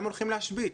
הם הולכים להשבית.